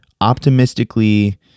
optimistically